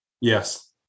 Yes